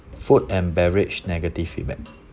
food and beverage negative feedback